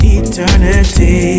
eternity